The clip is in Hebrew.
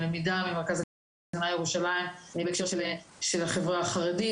עם למידה ממרכז הגנה ירושלים בהקשר של החברה החרדית.